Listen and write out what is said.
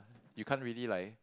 you can't really like